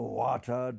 water